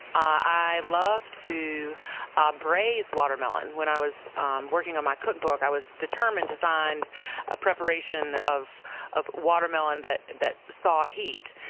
i love to ah braise watermelon. when i was working on my cookbook, i was determined to find a preparation of of watermelon that that saw heat.